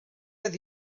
oedd